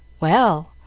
well,